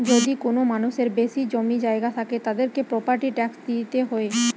যদি কোনো মানুষের বেশি জমি জায়গা থাকে, তাদেরকে প্রপার্টি ট্যাক্স দিইতে হয়